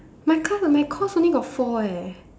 my class uh my course only got four eh